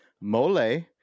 mole